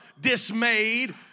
dismayed